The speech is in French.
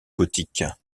gothiques